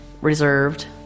reserved